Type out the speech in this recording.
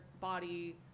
body